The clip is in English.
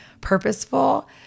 purposeful